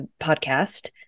podcast